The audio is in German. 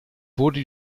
wurde